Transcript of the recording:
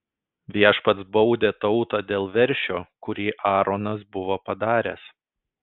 viešpats baudė tautą dėl veršio kurį aaronas buvo padaręs